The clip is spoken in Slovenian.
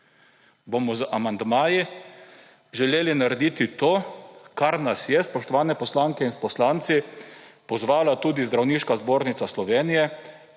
bomo z amandmaji želeli narediti to, kar nas je, spoštovani poslanke in poslanci, pozvala tudi Zdravniška zbornica Slovenije